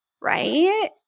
Right